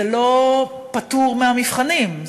זה לא פטור מהמבחנים,